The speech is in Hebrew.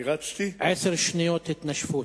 אני רצתי, עשר שניות התנשפות.